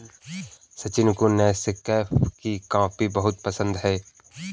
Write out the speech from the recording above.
सचिन को नेस्कैफे की कॉफी बहुत पसंद है